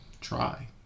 try